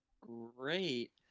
Great